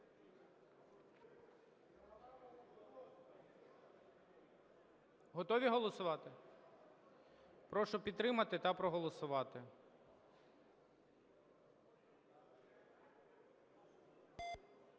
Готові голосувати? Прошу підтримати та проголосувати.